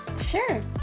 Sure